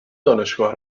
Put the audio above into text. دانشگاه